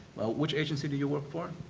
which agency do you work for?